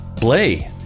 Blay